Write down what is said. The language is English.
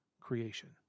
creation